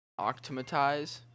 optimize